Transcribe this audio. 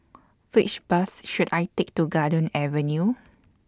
Which Bus should I Take to Garden Avenue